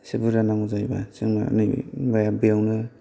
इसे बुरजा नांगौ जायोबा जोंना नैबे बे बेयावनो